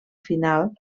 final